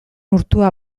urtua